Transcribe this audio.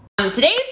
Today's